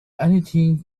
anything